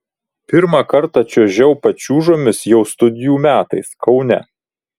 pirmą kartą čiuožiau pačiūžomis jau studijų metais kaune